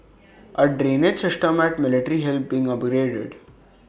A drainage system at military hill being upgraded